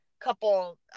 couple